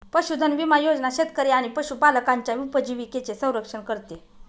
पशुधन विमा योजना शेतकरी आणि पशुपालकांच्या उपजीविकेचे संरक्षण करते